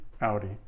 Audi